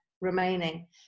remaining